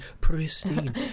pristine